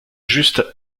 juste